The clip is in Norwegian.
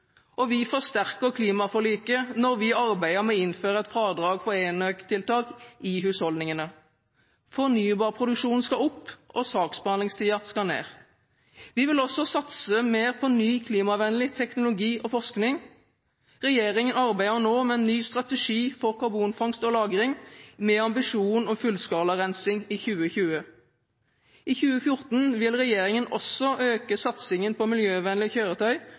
skattekommisjon. Vi forsterker klimaforliket når vi arbeider med å innføre et fradrag for ENØK-tiltak i husholdningene. Fornybarproduksjonen skal opp, og saksbehandlingstiden skal ned. Vi vil også satse mer på ny klimavennlig teknologi og forskning. Regjeringen arbeider nå med en ny strategi for karbonfangst og -lagring, med ambisjon om fullskala rensing i 2020. I 2014 vil regjeringen også øke satsingen på miljøvennlige kjøretøy,